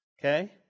Okay